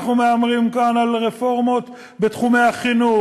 אנחנו מהמרים כאן על רפורמות בתחומי החינוך,